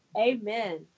Amen